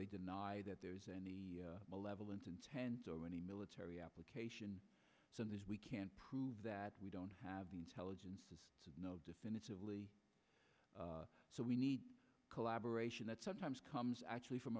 they deny that there is any malevolent intent or any military application so this we can't prove that we don't have the intelligence to know definitively so we need collaboration that sometimes comes actually from